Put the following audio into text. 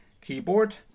keyboard